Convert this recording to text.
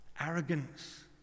arrogance